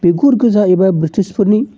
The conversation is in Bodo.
बिगुर गोजा एबा ब्रिटिशफोरनि